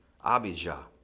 Abijah